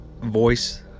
voice